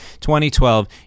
2012